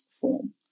form